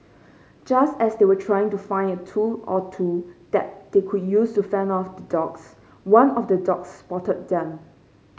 just as they were trying to find a tool or two that they could use to fend off the dogs one of the dogs spotted them